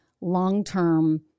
long-term